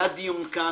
היה דיון כאן.